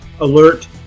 alert